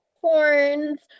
horns